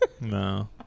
No